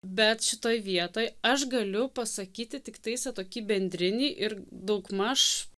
bet šitoj vietoj aš galiu pasakyti tiktais tą tokį bendrinį ir daugmaž